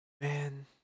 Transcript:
man